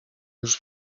już